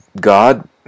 God